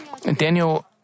Daniel